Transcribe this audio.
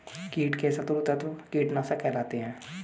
कीट के शत्रु तत्व कीटनाशक कहलाते हैं